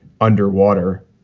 underwater